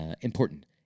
Important